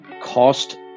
cost